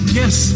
yes